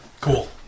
Cool